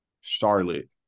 Charlotte